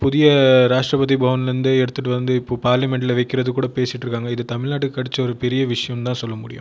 புதிய ராஷ்ட்ரபதி பவனில் இருந்து எடுத்துகிட்டு வந்து இப்போது பார்லிமெண்ட்டில் வைக்கறது கூட பேசிகிட்டு இருக்காங்க இது தமிழ்நாட்டுக்கு கிடச்ச ஒரு பெரிய விஷயம் தான் சொல்லமுடியும்